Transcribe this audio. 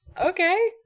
Okay